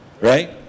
Right